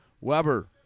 Weber